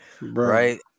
right